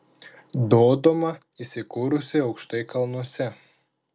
dodoma įsikūrusi aukštai kalnuose